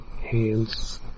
hands